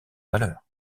valeur